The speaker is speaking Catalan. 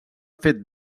fet